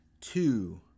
two